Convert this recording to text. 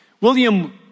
William